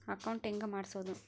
Account ಹೆಂಗ್ ಮಾಡ್ಸೋದು?